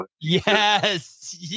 Yes